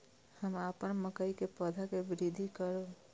हम अपन मकई के पौधा के वृद्धि करब?